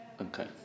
Okay